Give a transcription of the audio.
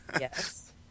Yes